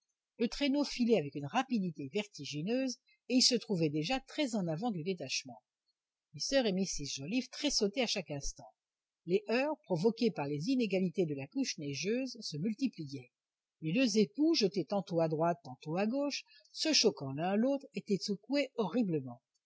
le traîneau filait avec une rapidité vertigineuse et il se trouvait déjà très en avant du détachement mr et mrs joliffe tressautaient à chaque instant les heurts provoqués par les inégalités de la couche neigeuse se multipliaient les deux époux jetés tantôt à droite tantôt à gauche se choquant l'un l'autre étaient secoués horriblement